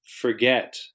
forget